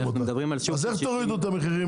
אנחנו מדברים על --- אז איך תורידו את המחירים?